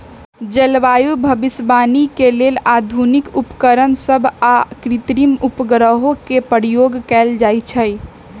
जलवायु भविष्यवाणी के लेल आधुनिक उपकरण सभ आऽ कृत्रिम उपग्रहों के प्रयोग कएल जाइ छइ